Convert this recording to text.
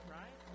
right